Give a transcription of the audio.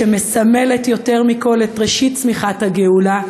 שמסמלת יותר מכול את ראשית צמיחת הגאולה,